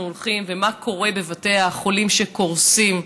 הולכים ומה קורה בבתי החולים שקורסים,